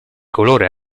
colore